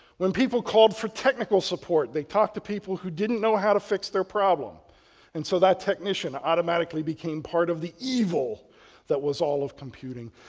when people called for technical support, they talked to people who didn't know how to fix their problem and so that technician automatically became part of the evil that was all of computing.